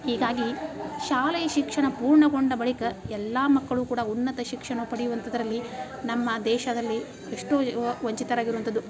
ಹೀಗಾಗಿ ಶಾಲೆಯ ಶಿಕ್ಷಣ ಪೂರ್ಣಗೊಂಡ ಬಳಿಕ ಎಲ್ಲ ಮಕ್ಕಳು ಕೂಡ ಉನ್ನತ ಶಿಕ್ಷಣ ಪಡೆಯುವಂಥದ್ರಲ್ಲಿ ನಮ್ಮ ದೇಶದಲ್ಲಿ ಎಷ್ಟು ವಂಚಿತರಾಗಿರುವಂಥದ್ದು